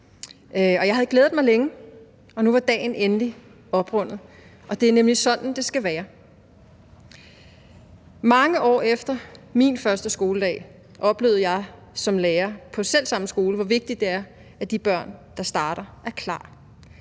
Jeg havde glædet mig længe, og nu var dagen endelig oprundet, og det er nemlig sådan, det skal være. Mange år efter min første skoledag oplevede jeg som lærer på selv samme skole, hvor vigtigt det er, at de børn, der starter, er klar,